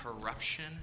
corruption